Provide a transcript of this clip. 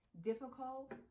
difficult